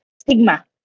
stigma